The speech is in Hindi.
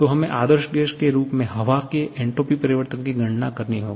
तो हमें आदर्श गैस के रूप में हवा के एन्ट्रापी परिवर्तन की गणना करनी होगी